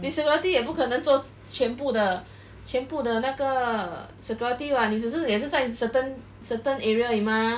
你 security 也不可能做全部的全部的那个 security what 你只是也是在 certain certain area 而已 mah